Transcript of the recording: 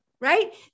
Right